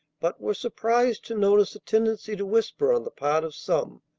but were surprised to notice a tendency to whisper on the part of some,